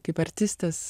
kaip artistės